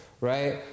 right